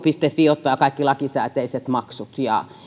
fi ottaa kaikki lakisääteiset maksut